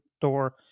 door